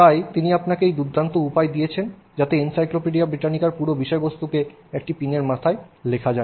সুতরাং তিনি আপনাকে এই দুর্দান্ত উপায় দিয়েছেন যাতে এনসাইক্লোপিডিয়া ব্রিটানিকার পুরো বিষয়বস্তু একটি পিনের মাথায় লেখা যায়